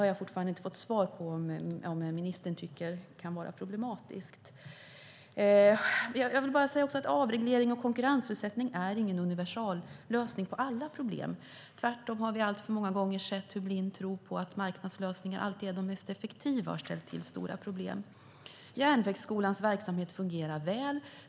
Jag har fortfarande inte fått svar på om ministern tycker att det kan vara problematiskt. Avreglering och konkurrensutsättning är inte någon universallösning på alla problem. Tvärtom har vi alltför många gånger sett hur blind tro på att marknadslösningar alltid är de mest effektiva har ställt till stora problem. Järnvägsskolans verksamhet fungerar väl.